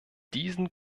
diesen